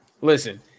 listen